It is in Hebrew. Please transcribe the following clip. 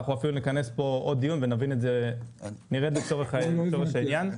נכנס עוד דיון ונרד לשורש העניין.